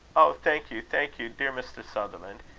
oh! thank you, thank you, dear mr. sutherland.